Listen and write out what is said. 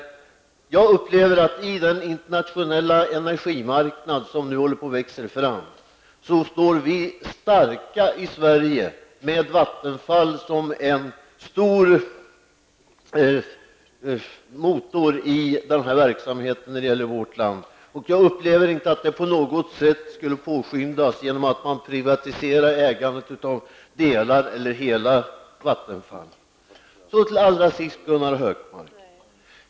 Jag upplever att i den internationella energimarknad som nu håller på att växa fram står vi starka i Sverige med Vattenfall som en stor motor i dessa verksamheter. Jag upplever inte att det på något sätt skulle påskyndas genom att man privatiserar ägandet av hela eller delar av Vattenfall.